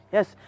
Yes